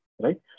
right